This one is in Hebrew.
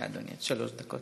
בבקשה, אדוני, עד שלוש דקות.